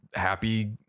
happy